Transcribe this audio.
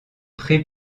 pré